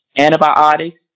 antibiotics